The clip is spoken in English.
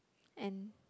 and